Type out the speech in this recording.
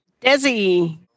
Desi